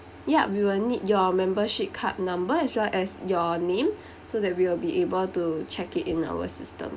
yup we will need your membership card number as well as your name so that we will be able to check it in our system